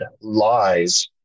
lies